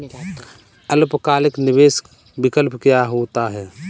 अल्पकालिक निवेश विकल्प क्या होता है?